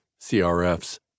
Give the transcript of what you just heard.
CRFs